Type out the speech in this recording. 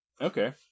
Okay